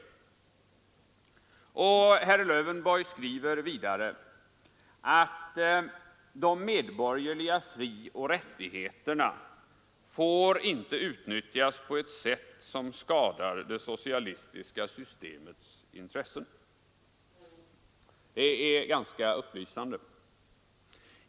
Herr Lövenborg skriver vidare, att de medborgerliga frioch rättigheterna inte får utnyttjas på sätt som skadar det socialistiska systemets intressen. Detta är ganska upplysande.